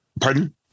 Pardon